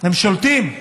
הם שולטים,